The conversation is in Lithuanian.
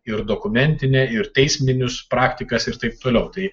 ir dokumentinę ir teismines praktikas ir taip toliau tai